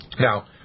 Now